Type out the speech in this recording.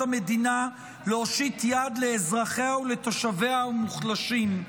המדינה להושיט יד לאזרחיה ולתושביה המוחלשים.